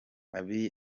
abiy